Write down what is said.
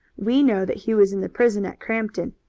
we know that he was in the prison at crampton,